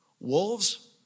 Wolves